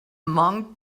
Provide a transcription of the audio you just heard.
monk